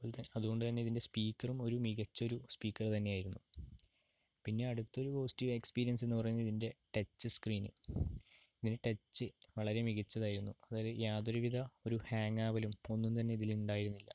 അതുപോൽ അതുകൊണ്ടു തന്നെ ഇതിൻ്റെ സ്പീക്കറും ഒരു മികച്ച ഒരു സ്പീക്കർ തന്നെയായിരുന്നു പിന്നെ അടുത്തൊരു പോസിറ്റീവ് എക്സ്പീരിയൻസ് എന്ന് പറയുന്നത് ഇതിൻ്റെ ടച്ച് സ്ക്രീന് ഇതിൻ്റെ ടച്ച് വളരെ മികച്ചതായിരുന്നു അതായത് യാതൊരു വിധ ഒരു ഹാങ്ങാവലും ഒന്നും തന്നെ ഇതിൽ ഉണ്ടായിരുന്നില്ല